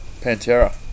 Pantera